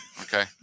Okay